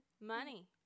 Money